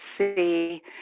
see